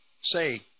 say